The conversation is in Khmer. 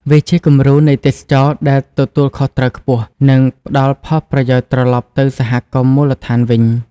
វាជាគំរូនៃទេសចរណ៍ដែលទទួលខុសត្រូវខ្ពស់ និងផ្តល់ផលប្រយោជន៍ត្រឡប់ទៅសហគមន៍មូលដ្ឋានវិញ។